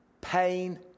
pain